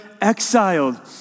Exiled